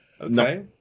Okay